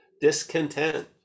discontent